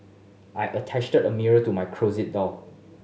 I attached a mirror to my closet door